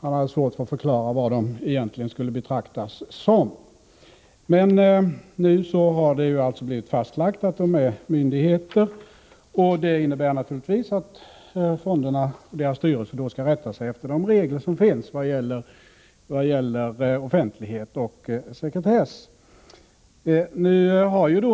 Han hade svårt att förklara vad de egentligen skulle betraktas som. Men nu är det alltså fastlagt att de är myndigheter. Det innebär naturligtvis att fondernas styrelser skall rätta sig efter reglerna vad gäller offentlighet och sekretess.